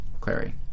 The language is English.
Clary